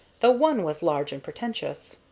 though one was large and pretentious.